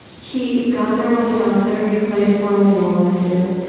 he got there when he got there. he played as long as he wanted to.